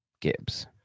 Gibbs